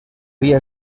dia